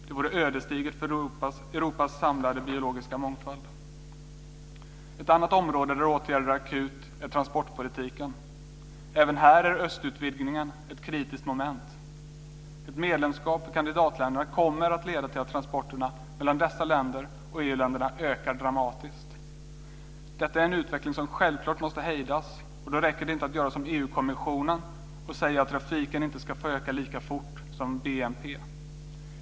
Det vore ödesdigert för Europas samlade biologiska mångfald. Ett annat område där det finns ett akut behov av åtgärder är transportpolitiken. Även här är östutvidgningen ett kritiskt moment. Ett medlemskap för kandidatländerna kommer att leda till att transporterna mellan dessa länder och EU-länderna ökar dramatiskt. Detta är en utveckling som självklart måste hejdas, och då räcker det inte att göra som EU kommissionen och säga att trafiken inte ska få öka lika fort som BNP.